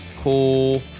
cool